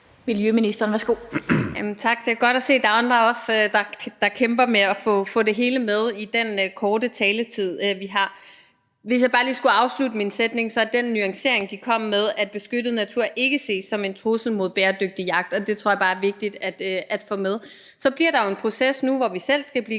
Miljøministeren (Lea Wermelin): Tak. Det er godt at se, at der også er andre, der kæmper med at få det hele med i den korte taletid, vi har. Hvis jeg bare lige skulle afslutte min sætning, så er den nuancering, de kom med, at beskyttet natur ikke ses som en trussel mod bæredygtig jagt. Det tror jeg bare er vigtigt at få med. Så bliver der jo en proces nu, hvor vi selv skal blive